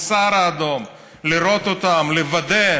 ודבר שני,